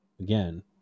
again